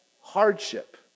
Hardship